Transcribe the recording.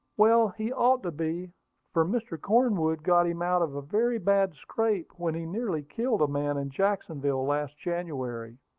well, he ought to be for mr. cornwood got him out of a very bad scrape when he nearly killed a man in jacksonville last january.